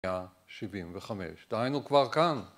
1975, דהיינו כבר כאן.